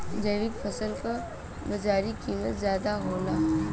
जैविक फसल क बाजारी कीमत ज्यादा होला